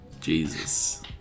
Jesus